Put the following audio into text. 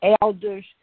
elders